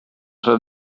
said